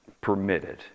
permitted